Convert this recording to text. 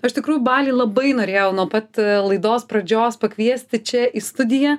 o iš tikrųjų balį labai norėjau nuo pat laidos pradžios pakviesti čia į studiją